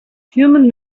human